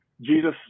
Jesus